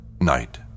night